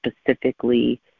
specifically